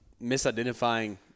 misidentifying